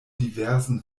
diversen